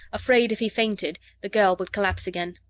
afraid if he fainted, the girl would collapse again.